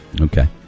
Okay